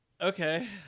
Okay